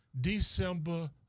December